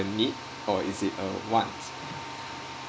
a need or is it a want